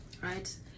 right